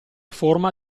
forma